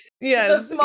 yes